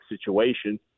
situation